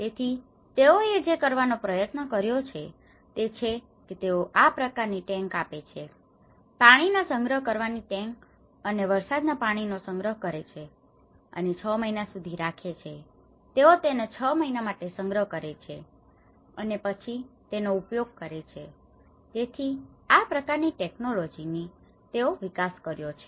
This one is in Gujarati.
તેથી તેઓએ જે કરવાનો પ્રયત્ન કર્યો છે તે છે કે તેઓ આ પ્રકાર ની ટેન્ક આપે છે પાણી ના સંગ્રહ કરવાની ટેન્ક અને વરસાદ ના પાણી નો સંગ્રહ કરે છે અને 6 મહિના સુધી રાખે છે તેઓ તેને 6 મહિના માટે સંગ્રહ કરે છે અને પછી તેનો ઉપયોગ કરે છે તેથી આ પ્રકારની ટેક્નોલોજી ની તેઓએ વિકાસ કર્યો છે